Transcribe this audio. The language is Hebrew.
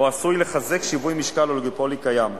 או עשוי לחזק שיווי משקל אוליגופולי קיים.